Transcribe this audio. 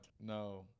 No